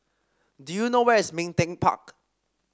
do you know where is Ming Teck Park